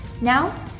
Now